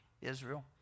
Israel